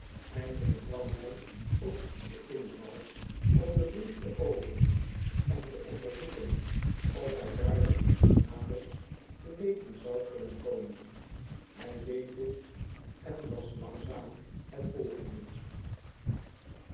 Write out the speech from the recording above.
eindelijk kwam hij op den inval om den brief te openen en te onderzoeken of hij daardoor iets naders te weten zou kunnen komen hij deed dit en las langzaam het volgende